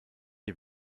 die